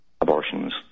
abortions